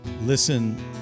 listen